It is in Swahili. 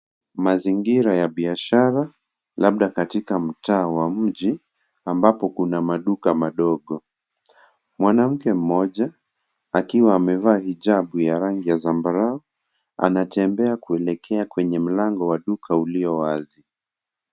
Mazingira ya biashara, labda katika mtaa wa mji, ambapo kuna maduka madogo. Mwanamke mmoja, akiwa amevaa hijabu ya rangi ya zambarau, anatembea kuelekea kwenye mlango wa duka ulio wazi.